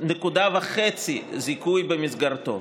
נקודה וחצי זיכוי במסגרתו,